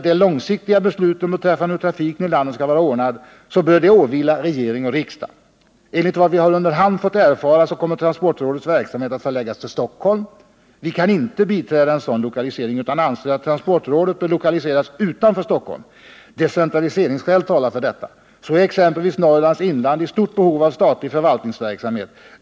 De långsiktiga besluten beträffande hur trafiken i landet skall vara ordnad bör åvila regering och riksdag. Enligt vad vi under hand fått erfara kommer transportrådets verksamhet att förläggas till Stockholm. Vi kan inte biträda en sådan lokalisering utan anser att transportrådet bör lokaliseras utanför Stockholm. Decentraliseringsskäl talar för detta. Så är exempelvis Norrlands inland i stort behov av statlig förvaltningsverksamhet.